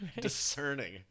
discerning